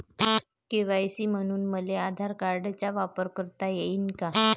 KYC म्हनून मले आधार कार्डाचा वापर करता येईन का?